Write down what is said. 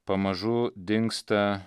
pamažu dingsta